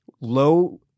low